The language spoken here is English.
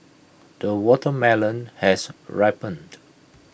the watermelon has ripened